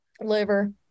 Liver